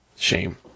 Shame